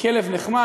כלב נחמד,